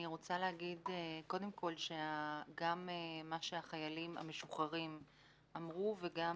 אני רוצה להגיד קודם כל שגם מה שהחיילים המשוחררים אמרו וגם